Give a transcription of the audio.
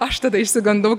aš tada išsigandau